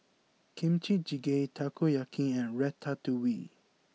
Kimchi Jjigae Takoyaki and Ratatouille